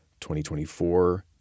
2024